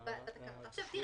לפני